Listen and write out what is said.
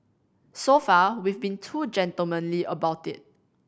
so far we've been too gentlemanly about it